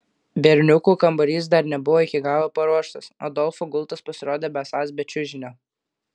berniukų kambarys dar nebuvo iki galo paruoštas adolfo gultas pasirodė besąs be čiužinio